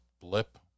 blip